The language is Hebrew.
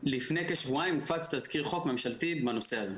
לפני כשבועיים הופץ תזכיר חוק ממשלתי בנושא הזה.